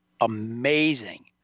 amazing